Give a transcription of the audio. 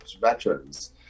veterans